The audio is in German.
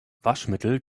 waschmittel